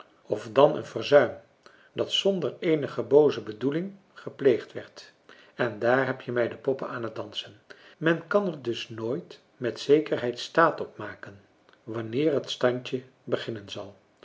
of dan een verzuim dat zonder eenige booze bedoeling gepleegd werd en daar heb je mij de poppen aan t dansen men kan er dus nooit met zekerheid staat op maken wanneer het standje beginnen zal